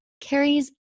carries